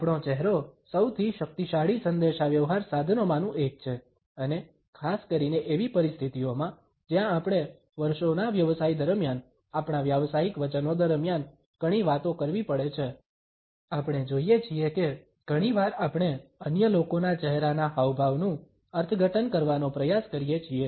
આપણો ચહેરો સૌથી શક્તિશાળી સંદેશાવ્યવહાર સાધનોમાંનું એક છે અને ખાસ કરીને એવી પરિસ્થિતિઓમાં જ્યાં આપણે વર્ષોના વ્યવસાય દરમિયાન આપણા વ્યાવસાયિક વચનો દરમિયાન ઘણી વાતો કરવી પડે છે આપણે જોઇએ છીએ કે ઘણીવાર આપણે અન્ય લોકોના ચહેરાના હાવભાવનું અર્થઘટન કરવાનો પ્રયાસ કરીએ છીએ